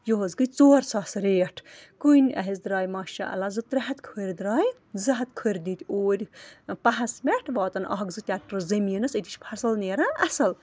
یِہُس گٔے ژور ساس ریٹ کُنۍ حظ درٛاے ماشاء اللہ زٕ ترٛےٚ ہتھ کھٔرۍ درٛاے زٕ ہَتھ کھٔرۍ دِتۍ اوٗرۍ پہس پٮ۪ٹھ واتَن اَکھ زٕ ٹرٛیٚکٹر زٔمیٖنَس أتی چھِ فصٕل نیران اَصٕل